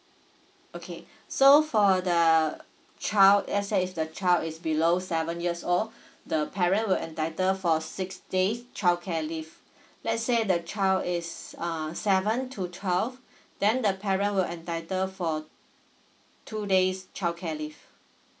okay so for the child let's say if the child is below seven years old the parent will entitle for six days childcare leave let's say the child is uh seven to twelve then the parent will entitle for two days childcare leave